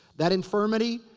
that infirmity,